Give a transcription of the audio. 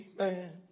Amen